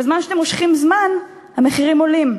בזמן שאתם מושכים זמן המחירים עולים.